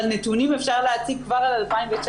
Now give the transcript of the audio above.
אבל נתונים אפשר להציג כבר על 2019,